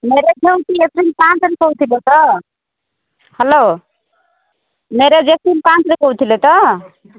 marriage ହୋଉଛି April ପାଞ୍ଚ ରେ କହୁଥିଲେ ତ ହାଲୋ ମ୍ୟାରେଜ ଏପ୍ରିଲ ପାଞ୍ଚ ରେ କହୁଥିଲେ ତ